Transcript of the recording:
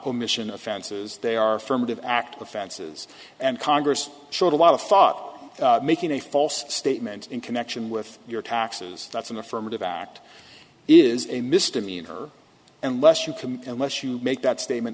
omission offenses they are firm of act of fences and congress showed a lot of thought making a false statement in connection with your taxes that's an affirmative act is a misdemeanor and less you can unless you make that statement